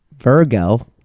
Virgo